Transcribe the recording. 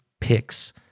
Picks